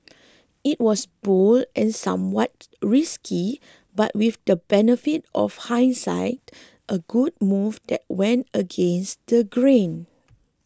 it was bold and somewhat risky but with the benefit of hindsight a good move that went against the grain